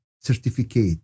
certificate